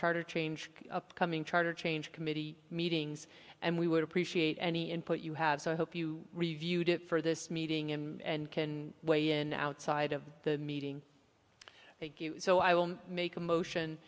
charter change upcoming charter change committee meetings and we would appreciate any input you have so i hope you reviewed it for this meeting him and can weigh in outside of the meeting so i will make a motion